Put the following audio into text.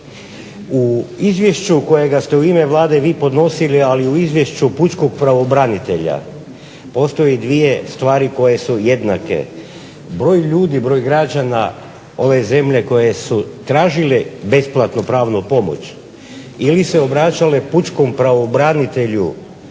U izvješću kojega ste u ime Vlade vi podnosili, ali i u izvješću pučkog pravobranitelja postoje dvije stvari koje su jednake. Broj ljudi, broj građana ove zemlje koji su tražili besplatnu pravnu pomoć ili se obraćali pučkom pravobranitelju